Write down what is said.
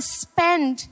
spend